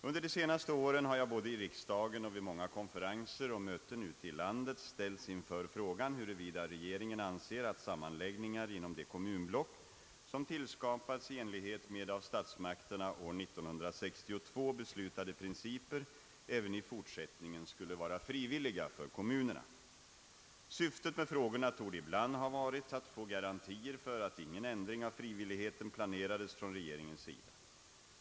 Under de senaste åren har jag både i riksdagen och vid många konferenser och möten ute i landet ställts inför frågan huruvida regeringen anser att sammanläggningar inom de kommunblock som tillskapats i enlighet med av statsmakterna år 1962 beslutade principer även i fortsättningen skulle vara frivilliga för kommunerna. Syftet med frågorna torde ibland ha varit att få garantier för att ingen ändring av frivilligheten planerades från regeringens sida.